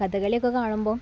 കഥകളിയൊക്കെ കാണുമ്പോള്